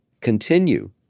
continue